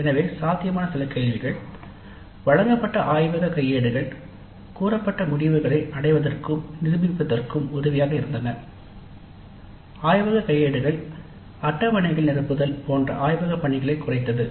எனவே சாத்தியமான சில கேள்விகள் "வழங்கப்பட்ட ஆய்வக கையேடுகள் கூறப்பட்ட முடிவுகளை அடைவதற்கும் நிரூபிப்பதற்கும் உதவியாக இருந்தன " "ஆய்வக கையேடுகள் அட்டவணைகள் நிரப்புதல்' போன்ற ஆய்வகப் பணிகளை குறைத்தது